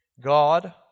God